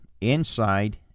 inside